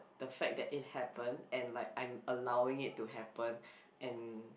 the fact that it happened and like I'm allowing it to happen and